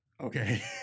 Okay